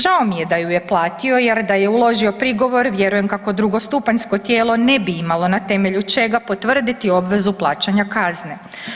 Žao mi je da ju je platio jer da je uložio prigovor vjerujem kako drugostupanjsko tijelo ne bi imalo na temelju čega potvrditi obvezu plaćanja kazne.